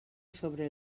sobre